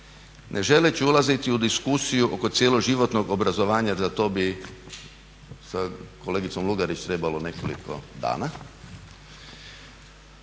ne želeći ulaziti u diskusiju oko cjeloživotnog obrazovanja, za to bi sa kolegicom Lugarić trebalo nekoliko dana,